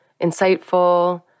insightful